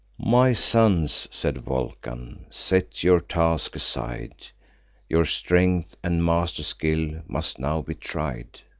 my sons, said vulcan, set your tasks aside your strength and master-skill must now be tried.